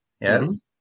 yes